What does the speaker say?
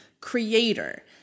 creator